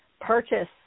purchase